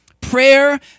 Prayer